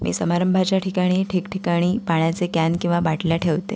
मी समारंभाच्या ठिकाणी ठिकठिकाणी पाण्याचे कॅन किंवा बाटल्या ठेवते